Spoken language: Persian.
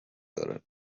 دارد